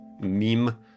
Meme